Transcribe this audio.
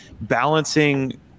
balancing